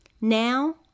now